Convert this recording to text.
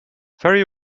very